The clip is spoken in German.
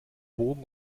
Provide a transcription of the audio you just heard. bogen